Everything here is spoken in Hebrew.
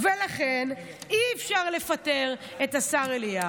ולכן אי-אפשר לפטר את השר אליהו.